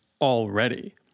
already